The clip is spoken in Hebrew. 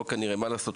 מה לעשות,